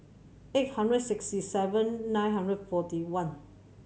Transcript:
eight hundred sixty seven nine hundred forty one